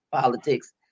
politics